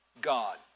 God